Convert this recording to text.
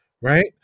Right